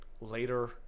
later